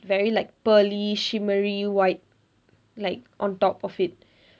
very like pearly shimmery white like on top of it